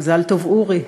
מזל טוב, אורי.